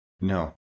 No